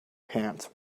pants